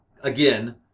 again